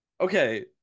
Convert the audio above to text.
Okay